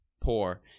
poor